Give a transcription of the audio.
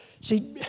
See